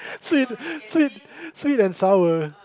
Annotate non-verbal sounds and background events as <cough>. <laughs> sweet sweet sweet and sour